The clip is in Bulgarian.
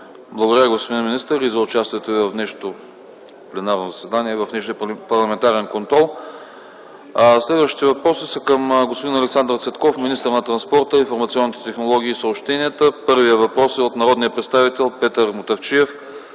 Благодаря, господин министър, и за участието Ви в днешния парламентарен контрол. Следващите въпроси са към господин Александър Цветков – министър на транспорта, информационните технологии и съобщенията. Първият въпрос е от народния представител Петър Мутафчиев